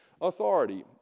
authority